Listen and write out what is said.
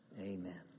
amen